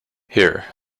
here